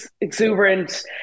exuberant